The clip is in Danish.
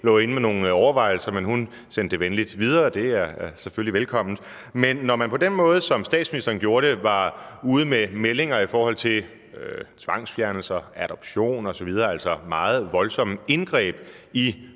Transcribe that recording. lå inde med nogle overvejelser, men hun sendte det venligt videre – det er selvfølgelig velkomment. Men når man på den måde, som statsministeren gjorde det, var ude med meldinger i forhold til tvangsfjernelser, adoption osv. – altså meget voldsomme indgreb i